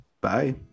Bye